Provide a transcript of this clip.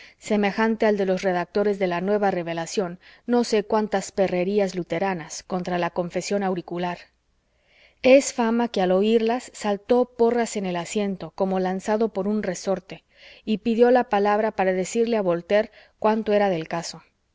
semejante al de los redactores de la nueva revelación no sé cuántas perrerías luteranas contra la confesión auricular es fama que al oirlas saltó porras en el asiento como lanzado por un resorte y pidió la palabra para decirle a voltaire cuanto era del caso